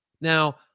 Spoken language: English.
Now